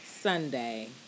Sunday